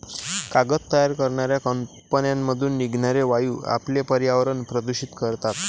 कागद तयार करणाऱ्या कंपन्यांमधून निघणारे वायू आपले पर्यावरण प्रदूषित करतात